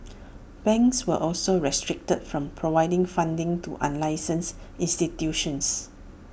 banks were also restricted from providing funding to unlicensed institutions